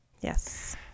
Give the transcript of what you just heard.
Yes